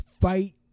fight